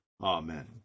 Amen